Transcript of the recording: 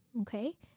okay